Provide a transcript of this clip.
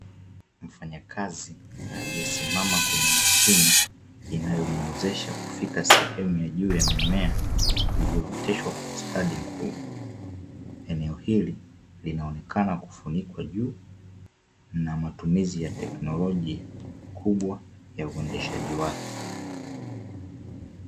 Mfanyakazi aliyesimama kwenye mashine, inayomwezesha kufika sehemu ya juu ya mimea iliyooteshwa kwa ustadi mkubwa. Eneo hili linaonekana kufunikwa juu na matumizi ya tekinolojia kubwa ya uendeshaji wake.